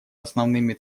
основными